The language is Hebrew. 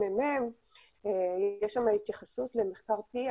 ואני אשמח אם חבריי ממשרד החינוך --- יהיה איתנו גם קובי רפאלי.